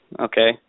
Okay